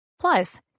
plus